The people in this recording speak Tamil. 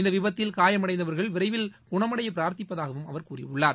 இந்த விபத்தில் காயமடைந்தவர்கள் விரைவில் குணமடைய பிரார்த்திப்பதாகவும் அவர் கூறியுள்ளார்